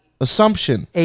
Assumption